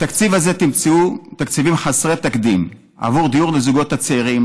בתקציב הזה תמצאו תקציבים חסרי תקדים עבור דיור לזוגות הצעירים,